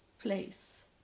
place